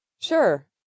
Sure